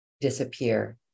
disappear